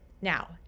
Now